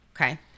Okay